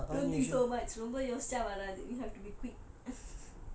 don't think so much ரொம்ப யோசுச்சா வராது:romba yosucha varaadhu have to be quick